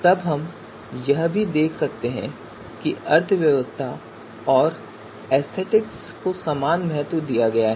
तब हम यह भी देख सकते हैं कि अर्थव्यवस्था और एस्थेटिक को समान महत्व दिया गया है